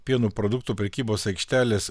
pieno produktų prekybos aikštelės